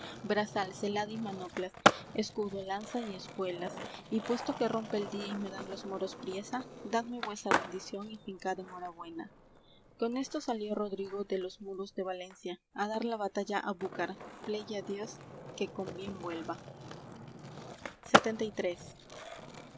grevas brazal celada y manoplas escudo lanza y espuelas y puesto que rompe el día y me dan los moros priesa dadme vuesa bendición y fincad enhorabuena con esto salió rodrigo de los muros de valencia á dar la batalla á búcar plegue á dios que con bien vuelva